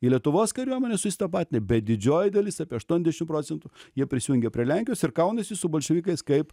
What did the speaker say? į lietuvos kariuomenės susitapatina bet didžioji dalis apie aštuoniasdešim procentų jie prisijungia prie lenkijos ir kaunasi su bolševikais kaip